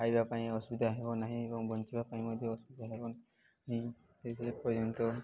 ଖାଇବା ପାଇଁ ଅସୁବିଧା ହେବ ନାହିଁ ଏବଂ ବଞ୍ଚିବା ପାଇଁ ମଧ୍ୟ ଅସୁବିଧା ହେବନାହିଁ ସେଥିପାଇଁ ପର୍ଯ୍ୟନ୍ତ